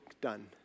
done